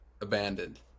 abandoned